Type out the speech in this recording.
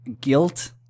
guilt